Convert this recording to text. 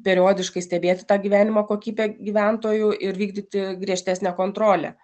periodiškai stebėti tą gyvenimo kokybę gyventojų ir vykdyti griežtesnę kontrolę